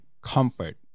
comfort